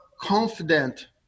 confident